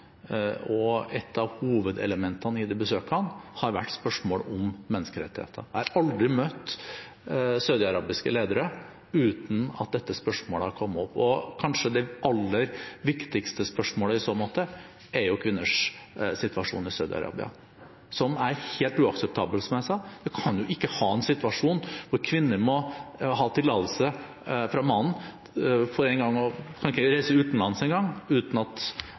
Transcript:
og et av hovedelementene i disse besøkene har vært spørsmål om menneskerettigheter. Jeg har aldri møtt saudiarabiske ledere uten at dette spørsmålet har kommet opp. Det kanskje aller viktigste spørsmålet i så måte er kvinners situasjon i Saudi-Arabia, som er helt uakseptabel, som jeg sa. Man kan jo ikke ha en situasjon hvor kvinner ikke engang kan reise utenlands uten å ha tillatelse fra mannen, ikke har arverett, ikke engang kan